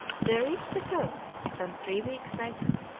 they reached the coast some three weeks later.